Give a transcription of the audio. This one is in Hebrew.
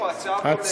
נתונים או שהצו הוא, ?